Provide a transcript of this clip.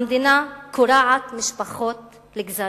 המדינה קורעת משפחות לגזרים.